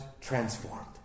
transformed